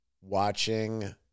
watching